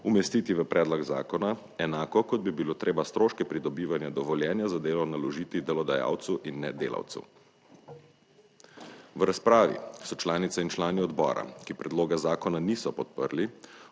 umestiti v predlog zakona, enako kot bi bilo treba stroške pridobivanja dovoljenja za delo naložiti delodajalcu in ne delavcu. V razpravi so članice in člani odbora, ki predloga zakona niso podprli,